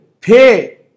pay